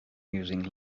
using